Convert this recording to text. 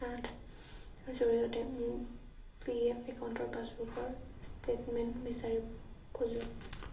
জৰিয়তে মোৰ P F একাউণ্টৰ পাছবুকৰ ষ্টেটমেণ্ট বিচাৰিব খোজোঁ